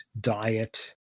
diet